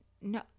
No